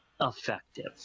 effective